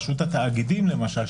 בשירות התאגידים למשל,